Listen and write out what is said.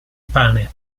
pane